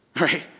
right